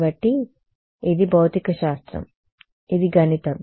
కాబట్టి ఇది భౌతికశాస్త్రం ఇది గణితం